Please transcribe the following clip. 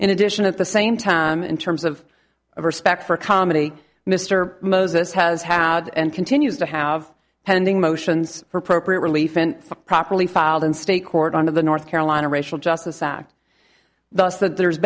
in addition at the same time in terms of of respect for comedy mr moses has had and continues to have pending motions for appropriate relief and properly filed in state court on of the north carolina racial justice act thus that there's